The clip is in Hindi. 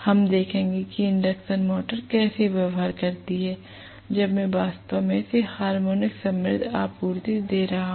हम देखेंगे कि इंडक्शन मोटर कैसे व्यवहार करती है जब मैं वास्तव में इसे हार्मोनिक समृद्ध आपूर्ति दे रहा हूं